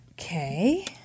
Okay